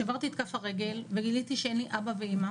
שברתי את כף הרגל וגיליתי שאין לי אבא ואימא